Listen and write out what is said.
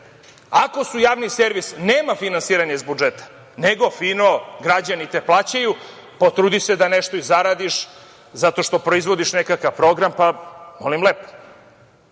Ako su Javni servis nema finansiranja iz budžeta, nego fino građani te plaćaju, potrudi se da nešto i zaradiš zato što proizvodiš nekakav program pa molim lepo. Isto